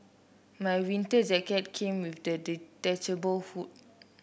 my winter jacket came with the detachable hood